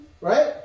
Right